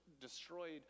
destroyed